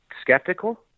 skeptical